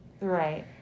Right